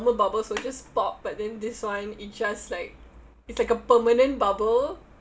normal bubbles will just pop but then this one it's just like it's like a permanent bubble